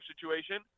situation